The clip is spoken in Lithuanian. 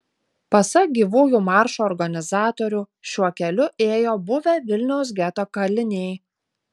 pasak gyvųjų maršo organizatorių šiuo keliu ėjo buvę vilniaus geto kaliniai